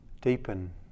deepen